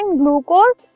glucose